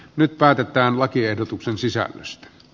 nyt päätetään lakiehdotuksen sisällöstä